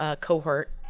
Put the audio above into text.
cohort